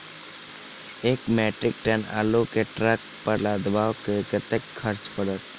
एक metric ton आलु केँ ट्रक पर लदाबै मे कतेक खर्च पड़त?